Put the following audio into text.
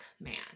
man